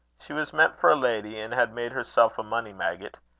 she was meant for a lady, and had made herself a money-maggot.